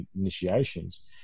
initiations